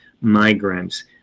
migrants